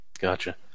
Gotcha